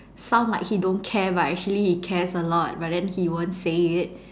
sounds he like don't care but actually he cares a lot but then he won't say it